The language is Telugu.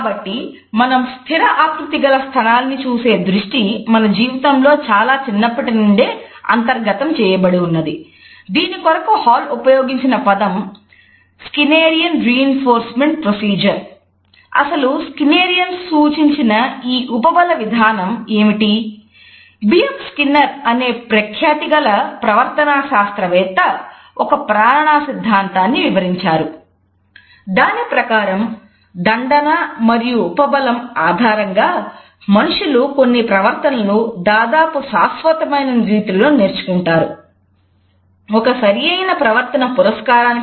కాబట్టి మనం స్థిర ఆకృతి గల స్థలాన్ని చూసే దృష్టి మన జీవితంలో చాలా చిన్నప్పటి నుండే అంతర్గతం చేయబడి ఉన్నది